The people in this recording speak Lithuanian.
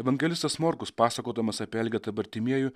evangelistas morkus pasakodamas apie elgetą bartimiejų